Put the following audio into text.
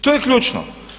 To je ključno.